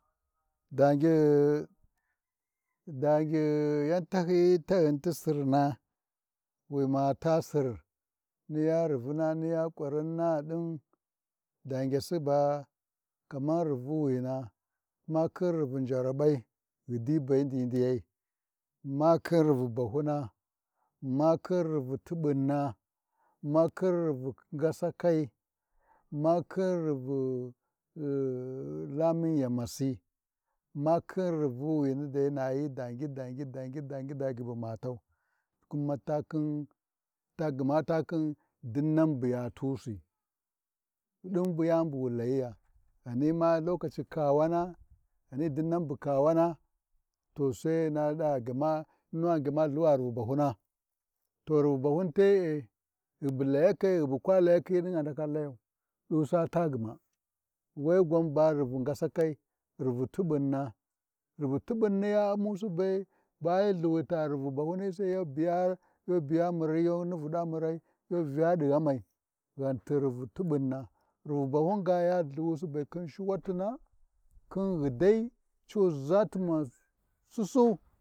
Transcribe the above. Dange ta dangi yau tahyiyi taghin ti sirna, wima taa Sir, miya rivuna niya ƙurinna ɗin, dangyasiba kamar rivuwina ma khin rivu njaraɓai, ghiɗibendindiyai ma khin ruvu bahyuna, makhi rivu tu ɓunna ma khin ruvv ngasakai, makhin ruvu-ruvu Lamun yamasi makhin ruvuwani makhin rivuwini dai nayi dangi-dangi-dangi bumatau, kumata khin, ta gma ta khin dinan buya tusi, din yani buwu layiya, ghanima lokaci kawana, ghani dinan bu kawana, so sai hyina ɗa, to nunuwand gyama Lhuwa rivu bahuna, to rivu bahyun te’e, ghibu layakai, ghi bu kwa layakai, din andaka layau, diza taa gma we gwan ba rivu ngasakai, ruvu tubun na ruru tuɓaunni ya Umusi beba hyi Lthani rivu bahyuna. Saiya saiya biya murai, yu nuruɗa ca marai, yu Vya ɗi ghamai a ghati ru vu tuɓunna. Ruru bahyun gaya U’mmusibe khin shiwatina khi ghiɗai, cu za muna Sussu.